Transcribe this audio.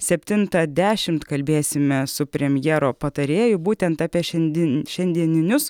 septintą dešimt kalbėsime su premjero patarėju būtent apie šiandien šiandieninius